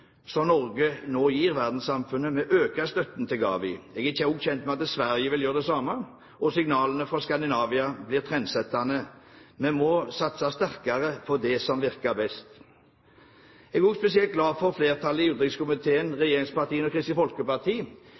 som Norge nå gir verdenssamfunnet ved å øke støtten til GAVI. Jeg er også kjent med at Sverige vil gjøre det samme. Signalene fra Skandinavia blir trendsettende. Vi må satse sterkere på det som virker best. Jeg er også spesielt glad for at flertallet i utenrikskomiteen – regjeringspartiene og Kristelig Folkeparti